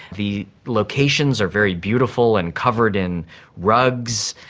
the locations are very beautiful and covered in rugs,